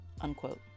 unquote